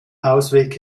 ausweg